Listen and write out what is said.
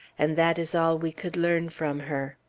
and that is all we could learn from her.